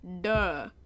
Duh